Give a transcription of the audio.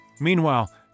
Meanwhile